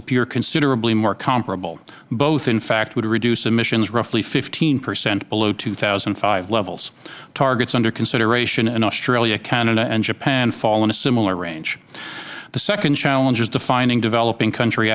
appear considerably more comparable both in fact would reduce emissions roughly fifteen percent below two thousand and five levels targets under consideration in australia canada and japan fall in a similar range the second challenge is defining developing country